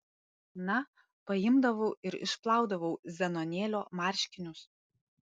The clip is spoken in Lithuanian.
na paimdavau ir išplaudavau zenonėlio marškinius